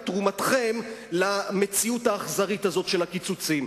תרומתכם למציאות האכזרית הזאת של הקיצוצים.